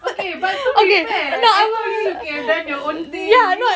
okay but to be fair I told you you can have done your own things